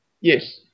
Yes